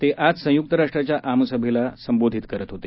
ते आज संयुक्त राष्ट्राच्या आमसभेला संबोधित करत होते